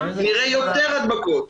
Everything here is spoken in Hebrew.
נראה יותר הדבקות.